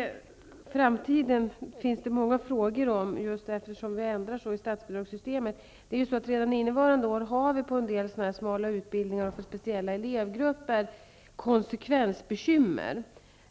Herr talman! Det finns många frågor om framtiden just på grund av att vi ändrar så mycket i statsbidragssystemet. Redan under innevarande år kan en del smala utbildningar och speciella elevgrupper få bekymmer,